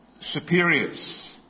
superiors